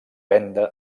venda